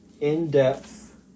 in-depth